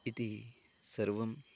इति सर्वम्